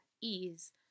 ease